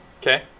okay